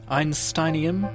Einsteinium